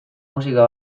musika